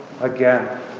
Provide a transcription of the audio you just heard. again